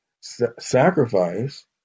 sacrifice